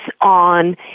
on